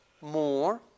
more